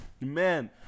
Man